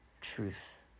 truth